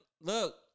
look